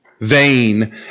Vain